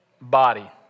Body